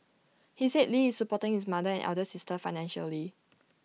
he said lee is supporting his mother and elder sister financially